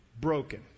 broken